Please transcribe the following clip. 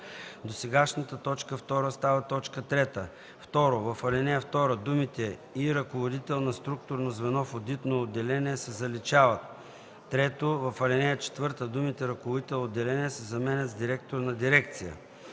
Досегашната т. 2 става т. 3. 2. В ал. 2 думите „и ръководител на структурно звено в одитно отделение” се заличават. 3. В ал. 4 думите „ръководител отделение” се заменят с „директор на дирекция”.”